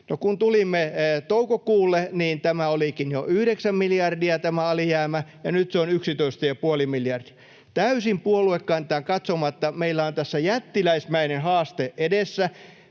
kun tulimme toukokuulle, niin tämä alijäämä olikin jo 9 miljardia, ja nyt se on 11,5 miljardia. Täysin puoluekantaan katsomatta meillä on tässä jättiläismäinen haaste edessä.